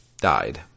died